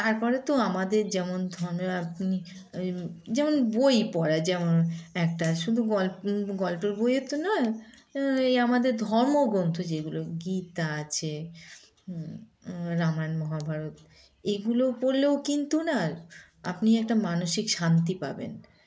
তারপরে তো আমাদের যেমন ধনের আপনি যেমন বই পড়া যেমন একটা শুধু গল্প গল্পের বইও তো নয় এই আমাদের ধর্মগ্রন্থ যেগুলো গীতা আছে রামায়ণ মহাভারত এগুলো পড়লেও কিন্তু না আপনি একটা মানসিক শান্তি পাবেন